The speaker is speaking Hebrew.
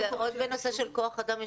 בנושא של כוח אדם,